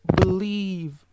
believe